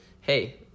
hey